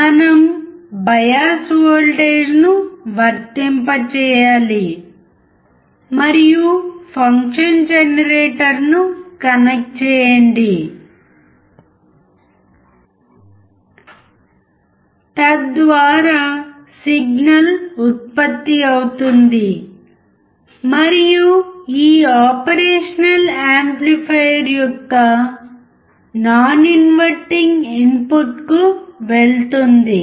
మనం బయాస్ వోల్టేజ్ను వర్తింపజేయాలి మరియు ఫంక్షన్ జెనరేటర్ను కనెక్ట్ చేయండి తద్వారా సిగ్నల్ ఉత్పత్తి అవుతుంది మరియు ఈ ఆపరేషన్ యాంప్లిఫైయర్ యొక్క నాన్ ఇన్వర్టింగ్ ఇన్పుట్కు వెళుతుంది